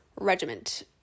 regiment